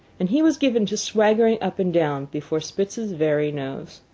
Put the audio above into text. and he was given to swaggering up and down before spitz's very nose.